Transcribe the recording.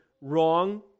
wrong